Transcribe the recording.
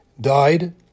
died